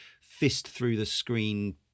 fist-through-the-screen